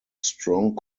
strong